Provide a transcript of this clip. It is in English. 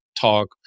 talk